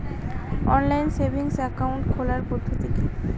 Online savings account খোলার পদ্ধতি কি?